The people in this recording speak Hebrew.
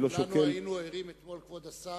כולנו היינו ערים אתמול, כבוד השר,